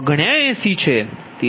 79 છે